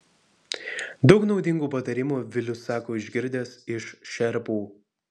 daug naudingų patarimų vilius sako išgirdęs iš šerpų